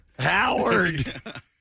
Howard